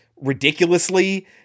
ridiculously